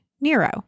Nero